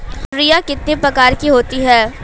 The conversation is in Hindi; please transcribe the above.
तोरियां कितने प्रकार की होती हैं?